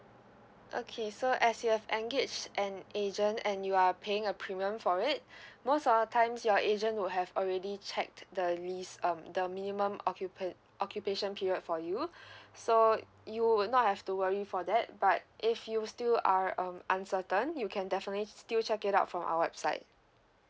okay so as you have engaged an agent and you are paying a premium for it most of the times your agent would have already checked the list um the minimum occupant occupation period for you so you would not have to worry for that but if you still are um uncertain you can definitely still check it out from our website